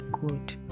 good